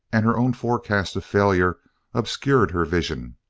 and her own forecast of failure obscured her vision,